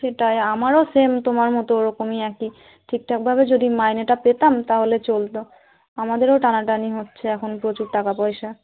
সেটাই আমারও সেম তোমার মতো ওরকমই একই ঠিকঠাকভাবে যদি মাইনেটা পেতাম তাহলে চলতো আমাদেরও টানাটানি হচ্ছে এখন প্রচুর টাকা পয়সার